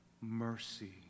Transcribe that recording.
mercy